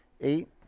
eight